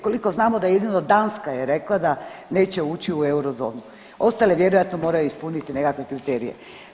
Koliko znamo da jedino Danska je rekla da neće ući u eurozonu, ostale vjerojatno moraju ispuniti nekakve kriterije.